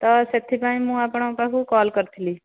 ତ ସେହିଥିପାଇଁ ମୁଁ ଆପଣଙ୍କ ପାଖକୁ କଲ୍ କରିଥିଲି